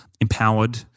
empowered